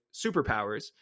superpowers